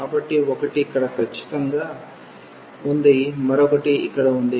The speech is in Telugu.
కాబట్టి ఒకటి ఇక్కడ ఖచ్చితంగా ఉంది మరొకటి ఇక్కడ ఉంది